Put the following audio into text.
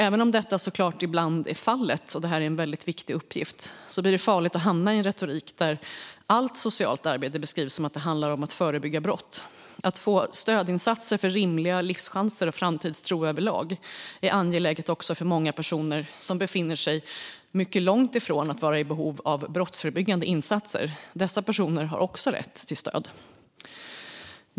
Även om detta såklart ibland är fallet och är en viktig uppgift, är det farligt att hamna i en retorik där allt socialt arbete beskrivs som att det handlar om att förebygga brott. Att få stödinsatser för rimliga livschanser och framtidstro överlag är angeläget också för många personer som befinner sig mycket långt från att vara i behov av brottsförebyggande insatser. Dessa personer har också rätt till stöd.